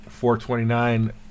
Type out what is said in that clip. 429